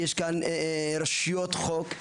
שיש פה רשויות חוק,